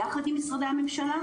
יחד עם משרדי הממשלה,